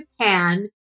Japan